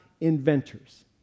inventors